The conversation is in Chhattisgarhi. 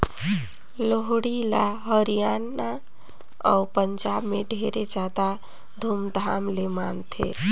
लोहड़ी ल हरियाना अउ पंजाब में ढेरे जादा धूमधाम ले मनाथें